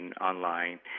online